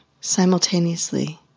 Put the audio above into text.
simultaneously